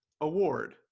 award